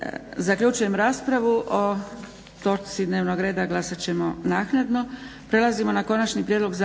Zaključujem raspravu o točci dnevnog reda. Glasat ćemo naknadno.